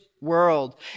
world